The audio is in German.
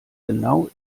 genau